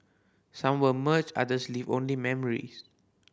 some were merged others leave only memories